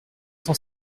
cent